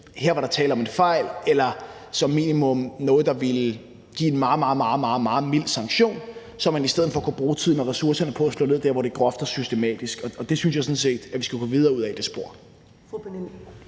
her var der tale om en fejl eller som minimum noget, der ville givet en meget, meget mild sanktion, så man i stedet for kunne bruge tiden og ressourcerne på at slå ned der, hvor det er groft og systematisk. Og det spor synes jeg sådan set vi skal gå videre ad. Kl.